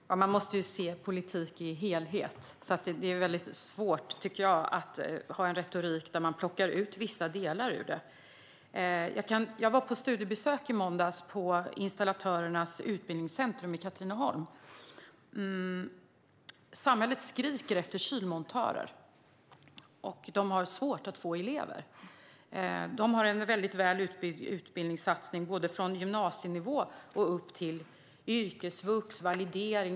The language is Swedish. Herr talman! Man måste se politik i en helhet, så jag tycker att det är väldigt svårt att ha en retorik där man plockar ut vissa delar. Jag var på ett studiebesök i måndags på Installatörernas Utbildningscentrum i Katrineholm. Samhället skriker efter kylmontörer. Och de har svårt att få elever. De har en väldigt väl utbyggd utbildningssatsning från gymnasienivå till yrkesvux och validering.